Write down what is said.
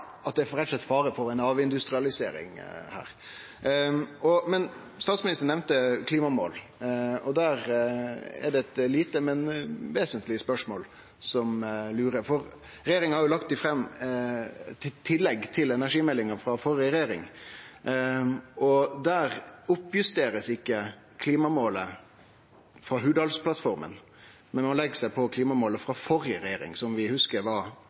avindustrialisering. Statsministeren nemnde klimamål, og til det har eg eit lite, men vesentleg spørsmål som eg lurer på. Regjeringa har lagt fram eit tillegg til energimeldinga frå den førre regjeringa, og der oppjusterer ein ikkje til klimamåla i Hurdalsplattforma, men ein legg seg på klimamåla frå den førre regjeringa – som vi hugsar var